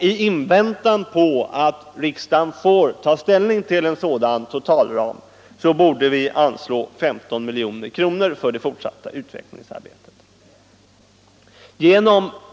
I väntan på att riksdagen får ta ställning till en sådan totalram borde vi anslå 15 milj.kr. för det fortsatta utvecklingsarbetet.